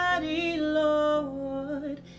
Lord